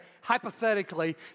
hypothetically